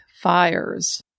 Fires